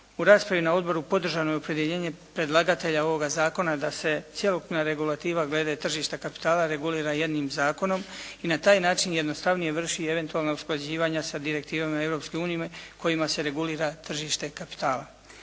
U raspravi na odboru podržano je opredjeljenje predlagatelja ovoga zakona da se cjelokupna regulativa glede tržišta kapitala regulira jednim zakonom i na taj način jednostavnije vrše eventualna usklađivanja sa direktivama Europske unije kojima se regulira tržište kapitala.